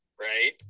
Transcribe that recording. right